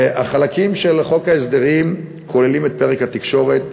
החלקים של חוק ההסדרים כוללים את פרק התקשורת,